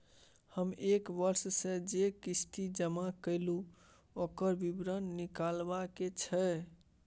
हम एक वर्ष स जे किस्ती जमा कैलौ, ओकर विवरण निकलवाबे के छै?